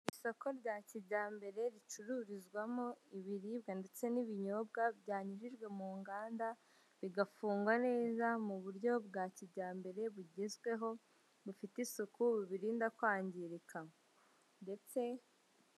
Isoko rya kijyambere ricururizwamo ibiribwa ndetse n'ibinyobwa byanyujijwe mu nganda bigafungwa neza mu buryo bwa kijyambere bugezweho, bufite isuku bubirinda kwangirika ndetse.